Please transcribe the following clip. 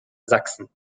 sachsen